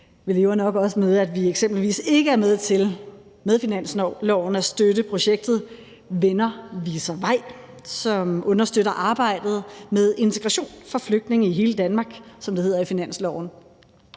Vi lever nok også med, at vi eksempelvis ikke er med til med finansloven at støtte projektet »Venner Viser Vej«, som understøtter arbejdet med integration af flygtninge i hele Danmark, som det hedder i finansloven.